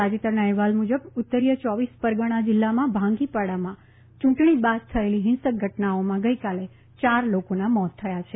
તાજેતરના અહેવાલ મુજબ ઉત્તરીય યોવીસ પરગણા જીલ્લામાં ભાંગીપાડામાં યુંટણી બાદ થયેલી હિંસક ઘટનાઓમાં ગઈકાલે ચાર લોકોના મોત થયા છે